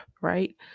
right